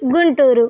Guntur